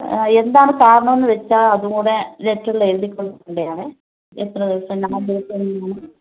എന്താണ് കാരണമെന്ന് വച്ചാൽ അതും കൂടെ ലെറ്ററിൽ എഴുതിക്കൊണ്ട് വരേണ്ടയാണ് എത്ര ദിവസം നാല് ദിവസമെന്നുള്ളത്